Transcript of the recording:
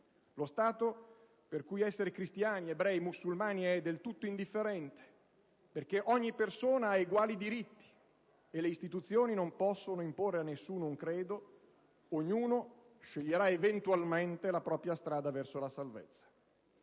lo Stato laico essere cristiani, ebrei e musulmani è del tutto indifferente perché ogni persona ha eguali diritti e le istituzioni non possono imporre a nessuno un credo. Ognuno sceglierà eventualmente la propria strada verso la salvezza.